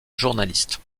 journaliste